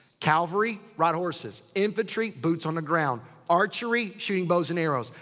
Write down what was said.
calvary ride horses. infantry boots on the ground. archery shooting bows and arrows.